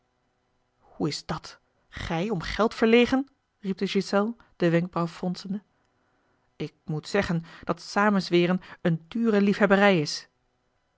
hoe is dat gij om geld verlegen riep de ghiselles de wenkbrauw fronsende ik moet zeggen dat samenzweeren eene dure liefhebberij is